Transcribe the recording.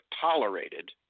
tolerated